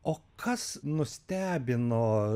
o kas nustebino